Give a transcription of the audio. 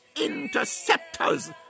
interceptors